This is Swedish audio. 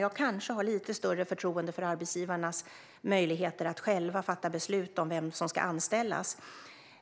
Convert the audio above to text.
Jag kanske har lite större förtroende för arbetsgivarnas möjligheter att själva fatta beslut om vem som ska anställas